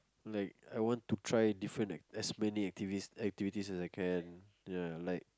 like I want to try different as many activities activities that I can like